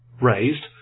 raised